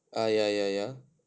ah ya ya ya